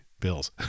bills